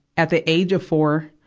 at the age of four,